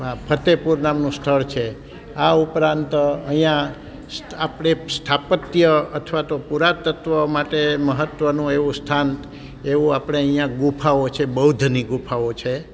પણ આ ફતેપુર નામનું સ્થળ છે આ ઉપરાંત અહીંયા આપણે સ્થાપત્ય અથવા તો પુરાતત્વ માટે મહત્વનું એવું સ્થાન એવું આપણે અહીંયા ગુફાઓ છે બૌદ્ધની ગુફાઓ છે